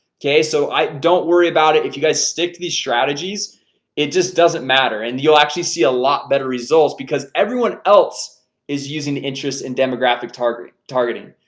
okay, so i don't worry about it if you guys stick to these strategies it just doesn't matter and you'll actually see a lot better results because everyone else is using interests and demographic targeting targeting.